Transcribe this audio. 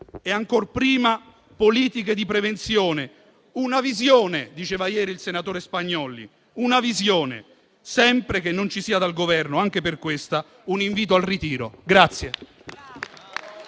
e, ancor prima, politiche di prevenzione e una visione - diceva ieri il senatore Spagnolli - sempre che non ci sia dal Governo, anche per questa, un invito al ritiro.